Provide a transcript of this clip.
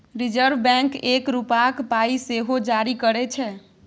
reserve Bank एक रुपाक पाइ सेहो जारी करय छै